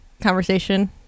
conversation